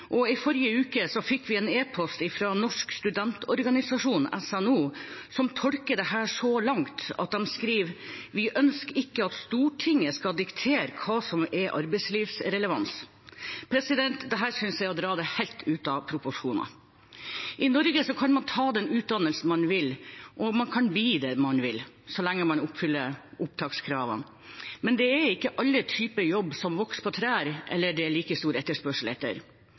og i forrige uke fikk vi en e-post fra Norsk studentorganisasjon, NSO, som tolker dette så langt at de skriver: «Vi ønsker ikke at stortinget skal diktere hva som er arbeidslivsrelevans.» Det synes jeg er å dra dette helt ut av proporsjoner. I Norge kan man ta den utdannelsen man vil, man kan bli det man vil, så lenge man oppfyller opptakskravene, men det er ikke alle typer jobb som vokser på trær, eller som det er like stor etterspørsel etter.